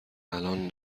الان